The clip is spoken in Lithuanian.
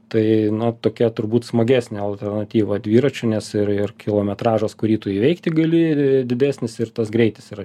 tai na tokia turbūt smagesnė alternatyva dviračiui nes ir ir kilometražas kurį tu įveikti gali didesnis ir tas greitis yra